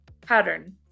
pattern